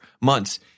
months